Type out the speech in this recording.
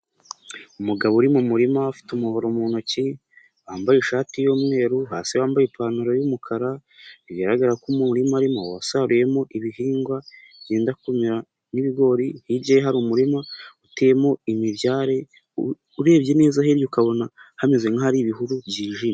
Umugabo uri mu murima afite umuhoro mu ntoki, wambaye ishati y'umweru hasi wambaye ipantaro y'umukara, bigaragara ko umurima arimo wasaruwemo ibihingwa byenda kumera nk'ibigori ,hirya hari umurima uteyemo imibyare, urebye neza hirya ukabona hameze nkahari ibihuru byijimye.